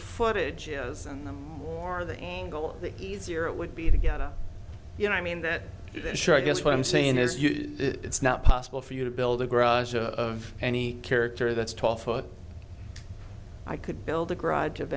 footage is and the more the angle the easier it would be to get out you know i mean that then sure i guess what i'm saying is it's not possible for you to build a garage of any character that's twelve foot i could build a garage of